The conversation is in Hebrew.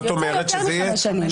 זה יוצא יותר מחמש שנים.